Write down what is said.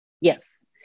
Yes